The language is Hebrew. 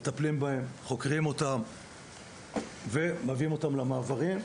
מטפלים בהם וחוקרים אותם ומביאים אותם למעברים.